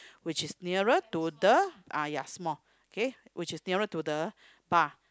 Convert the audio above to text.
which is nearer to the ah ya small okay which is nearer to the bar